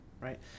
Right